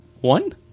one